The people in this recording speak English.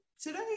today